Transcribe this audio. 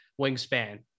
wingspan